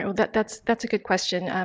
well, but that's that's a good question,